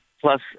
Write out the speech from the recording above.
Plus